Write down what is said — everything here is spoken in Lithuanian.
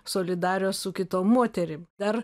solidarios su kitom moterim dar